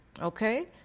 okay